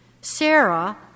Sarah